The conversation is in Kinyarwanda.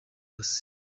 yose